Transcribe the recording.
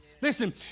listen